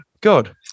god